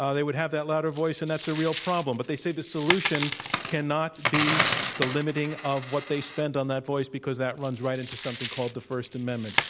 ah they would have that louder voice, and that's a real problem. but they say the solution cannot be the limiting of what they spend on that voice because that runs right into something called the first amendment.